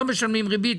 לא משלמים ריבית,